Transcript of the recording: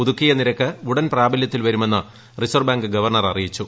പുതുക്കിയ നിരക്ക് ഉടൻ പ്രാബല്യത്തിൽ വരുമെന്ന് റിസർവ് ബാങ്ക് ഗവർണർ അറിയിച്ചു